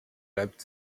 reibt